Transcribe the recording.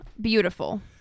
beautiful